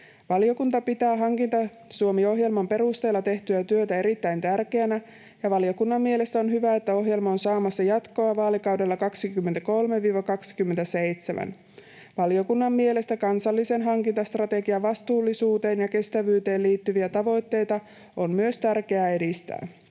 Valiokunta pitää Hankinta-Suomi-ohjelman perusteella tehtyä työtä erittäin tärkeänä, ja valiokunnan mielestä on hyvä, että ohjelma on saamassa jatkoa vaalikaudella 23—27. Valiokunnan mielestä myös kansallisen hankintastrategian vastuullisuuteen ja kestävyyteen liittyviä tavoitteita on tärkeää edistää.